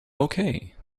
okay